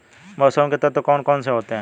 मौसम के तत्व कौन कौन से होते हैं?